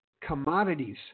Commodities